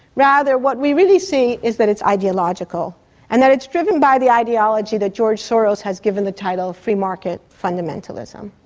rather, what we really see is that it's ideological and that it's driven by the ideology that george soros has given the title free market fundamentalism.